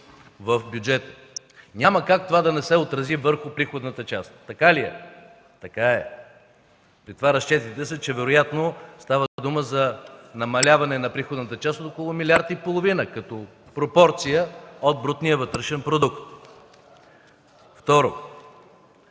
в бюджета. Няма как това да не се отрази върху приходната част. Така ли е? Така е. При това разчетите са, че вероятно става дума за намаляване на приходната част с около милиард и половина, като пропорция от брутния вътрешен продукт. Второ,